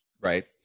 right